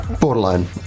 Borderline